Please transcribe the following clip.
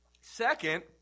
Second